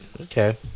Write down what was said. okay